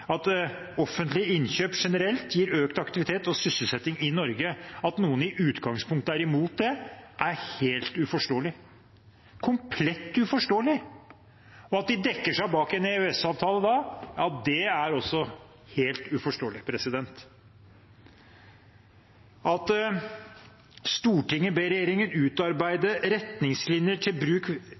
Norge. At noen i utgangspunktet er imot det, er helt uforståelig – komplett uforståelig. Og at de dekker seg bak en EØS-avtale, er også helt uforståelig. At Stortinget ber regjeringen utarbeide retningslinjer til bruk